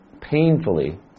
painfully